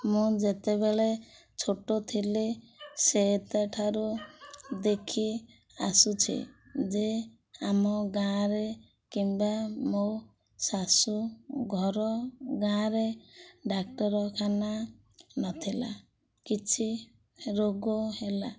ମୁଁ ଯେତେବେଳେ ଛୋଟ ଥିଲି ସେତେଠାରୁ ଦେଖି ଆସୁଛି ଯେ ଆମ ଗାଁରେ କିମ୍ବା ମୋ ଶାଶୁ ଘର ଗାଁରେ ଡାକ୍ତରଖାନା ନଥିଲା କିଛି ରୋଗ ହେଲା